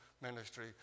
ministry